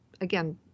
again